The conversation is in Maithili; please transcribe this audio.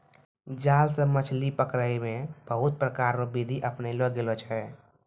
जाल से मछली पकड़ै मे बहुत प्रकार रो बिधि अपनैलो गेलो छै